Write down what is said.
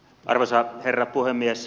arvoisa herra puhemies